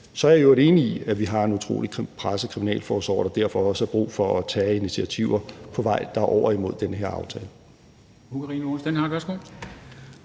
Så er jeg i øvrigt enig i, at vi har en utrolig presset kriminalforsorg, og at der derfor også er brug for at tage initiativer på vej over imod den her aftale.